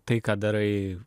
tai ką darai